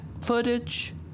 footage